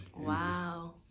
Wow